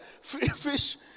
fish